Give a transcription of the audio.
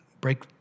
break